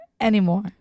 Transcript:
anymore